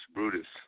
Brutus